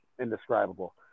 indescribable